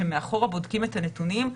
שמאחורה בודקים את הנתונים.